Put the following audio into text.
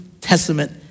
Testament